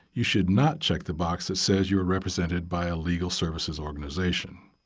you should not check the box that says you are represented by a legal services organization.